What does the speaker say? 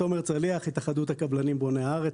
תומר צליח, מהתאחדות הקבלנים בוני הארץ.